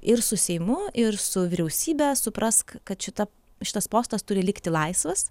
ir su seimu ir su vyriausybe suprask kad šita šitas postas turi likti laisvas